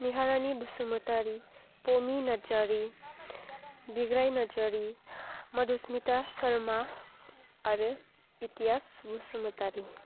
निहारानि बसुमतारि पमि नार्जारि बिग्राय नार्जारि मधुस्मिता शर्मा आरो इटियास बसुमतारि